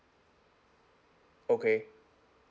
okay